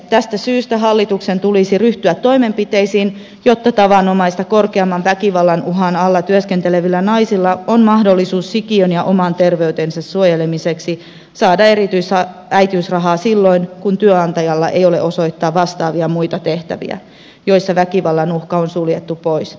tästä syystä hallituksen tulisi ryhtyä toimenpiteisiin jotta tavanomaista korkeamman väkivallan uhan alla työskentelevillä naisilla on mahdollisuus sikiön ja oman terveytensä suojelemiseksi saada erityisäitiysrahaa silloin kun työnantajalla ei ole osoittaa vastaavia muita tehtäviä joissa väkivallan uhka on suljettu pois